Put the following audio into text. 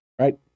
right